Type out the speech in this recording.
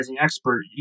expert